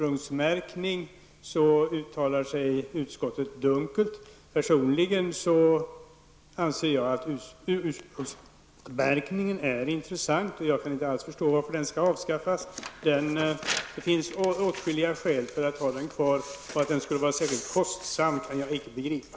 Utskottet uttalar sig dunkelt om ursprungsmärkningen. Personligen anser jag att ursprungsmärkningen är intressant. Jag kan alls inte förstå varför denna skall avskaffas. Det finns nämligen åtskilliga skäl för ett bibehållande av denna. Att ursprungsmärkningen skulle vara särskilt kostsam kan jag heller inte begripa.